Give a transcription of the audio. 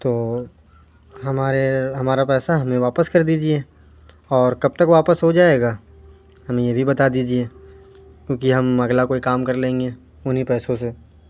تو ہمارے ہمارا پیسہ ہمیں واپس کر دیجیے اور کب تک واپس ہو جائے گا ہمیں یہ بھی بتا دیجیے کیونکہ ہم اگلا کوئی کام کر لیں گے انہیں پیسوں سے